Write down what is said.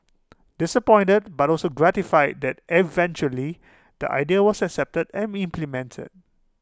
disappointed but also gratified that eventually the idea was accepted and implemented